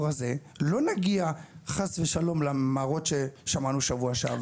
הזה לא נגיע חס ושלום למאורעות ששמענו שבוע שעבר.